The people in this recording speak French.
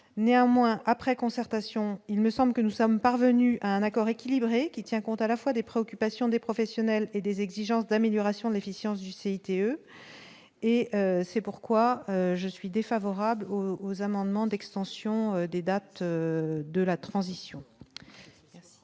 néanmoins après concertation, il me semble que nous sommes parvenus à un accord équilibré, qui tient compte à la fois des préoccupations des professionnels et des exigences d'amélioration de l'efficience du CTE et c'est pour. Quoi, je suis défavorable aux amendements d'extension des dates de la transition.